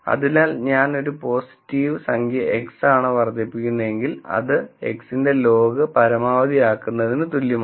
അതിനാൽ ഞാൻ ഒരു പോസിറ്റീവ് സംഖ്യ X ആണ് വർദ്ധിപ്പിക്കുന്നതെങ്കിൽ അത് X ന്റെ ലോഗ് പരമാവധിയാക്കുന്നതിന് തുല്യമാണ്